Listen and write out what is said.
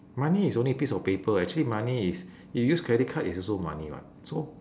money is only piece of paper actually money is you use credit card is also money what so